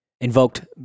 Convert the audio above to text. invoked